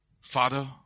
Father